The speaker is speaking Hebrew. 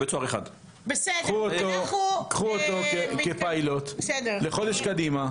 קחו אותו כפיילוט לחודש קדימה.